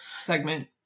segment